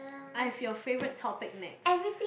I have your favourite topic next